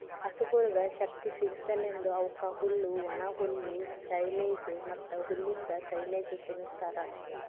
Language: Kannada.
ಹಸುಗೊಳಿಗ್ ಶಕ್ತಿ ಸಿಗಸಲೆಂದ್ ಅವುಕ್ ಹುಲ್ಲು, ಒಣಹುಲ್ಲು, ಸೈಲೆಜ್ ಮತ್ತ್ ಹುಲ್ಲಿಂದ್ ಸೈಲೇಜ್ ತಿನುಸ್ತಾರ್